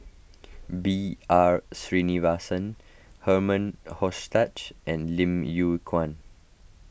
B R Sreenivasan Herman Hochstadt and Lim Yew Kuan